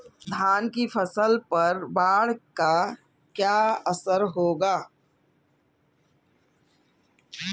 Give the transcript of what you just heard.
धान की फसल पर बाढ़ का क्या असर होगा?